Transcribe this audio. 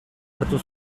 hartu